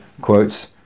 quotes